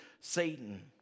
Satan